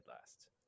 last